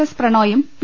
S പ്രണോയും P